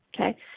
okay